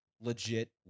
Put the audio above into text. legit